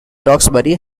roxbury